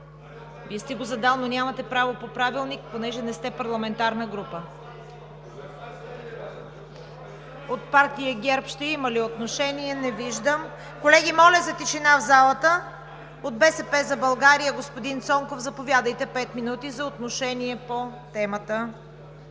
Вие сте го задал, но нямате право по Правилник понеже не сте парламентарна група. (Реплики.) От партия ГЕРБ ще има ли отношение? (Шум и реплики.) Не виждам. Колеги, моля за тишина в залата! От „БСП за България“? Господин Цонков, заповядайте – пет минути за отношение по темата.